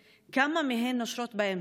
5. כמה מהן נושרות באמצע?